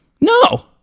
No